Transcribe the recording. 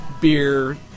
beer